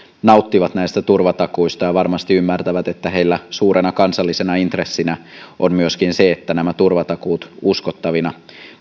nauttivat näistä turvatakuista ja varmasti ymmärtävät että heillä suurena kansallisena intressinä on myöskin se että nämä turvatakuut uskottavina